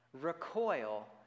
recoil